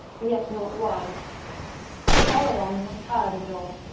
yet not wise oleron was tired of it all.